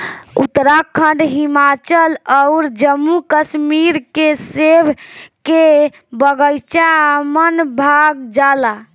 उत्तराखंड, हिमाचल अउर जम्मू कश्मीर के सेब के बगाइचा मन भा जाला